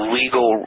legal